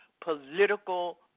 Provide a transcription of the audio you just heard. political